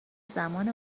زمان